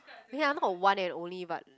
ya not one and only but